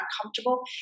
uncomfortable